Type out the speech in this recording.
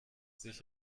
sich